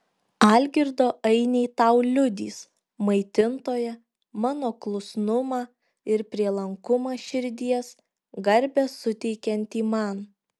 algirdo ainiai tau liudys maitintoja mano klusnumą ir prielankumą širdies garbę suteikiantį man